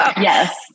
Yes